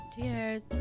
Cheers